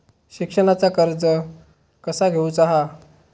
शिक्षणाचा कर्ज कसा घेऊचा हा?